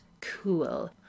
cool